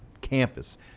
campus